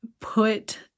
put